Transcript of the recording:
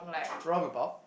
wrong about